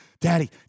Daddy